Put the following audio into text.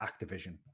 Activision